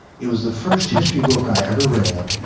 it was the first history book i ever read,